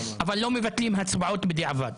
אבל לא מבטלים הצבעות בדיעבד,